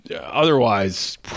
otherwise